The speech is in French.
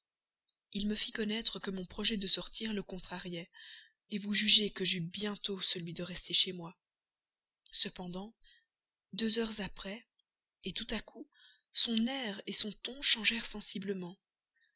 il me fit connaître que mon projet de sortir le contrariait vous jugez que j'eus bientôt celui de rester chez moi cependant deux heures après tout à coup son air son ton changèrent sensiblement